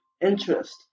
interest